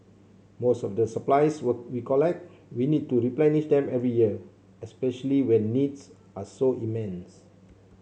most of the supplies we collect we need to replenish them every year especially when needs are so immense